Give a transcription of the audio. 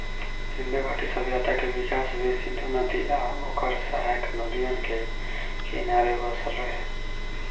सिंधु घाटी सभ्यता के विकास भी सिंधु नदी आ ओकर सहायक नदियन के किनारे बसल रहे